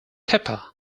pepper